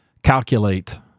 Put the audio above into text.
calculate